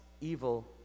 evil